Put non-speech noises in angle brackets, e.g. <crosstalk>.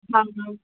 <unintelligible>